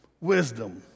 Wisdom